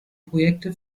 projekte